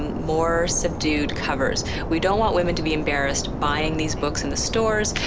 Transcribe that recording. more subdued covers. we don't want women to be embarrassed buying these books in the stores,